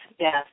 Yes